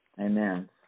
Amen